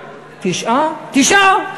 תשעה, תשעה?